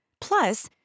Plus